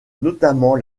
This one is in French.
notamment